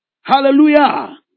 hallelujah